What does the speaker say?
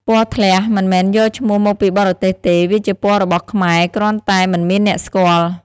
ពណ៌ធ្លះ មិនមែនយកឈ្មោះមកពីបរទេសទេ វាជាពណ៌របស់ខ្មែរ គ្រាន់តែមិនមានអ្នកស្គាល់។